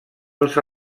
els